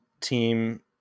team